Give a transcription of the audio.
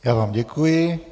Já vám děkuji.